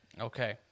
Okay